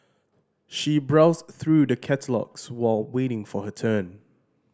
she browsed through the catalogues while waiting for her turn